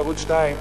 ערוץ-2,